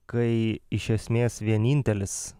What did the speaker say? kai iš esmės vienintelis